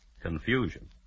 Confusion